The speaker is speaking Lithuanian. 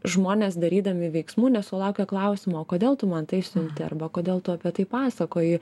žmonės darydami veiksmų nesulaukia klausimo o kodėl tu man tai siunti arba kodėl tu apie tai pasakoji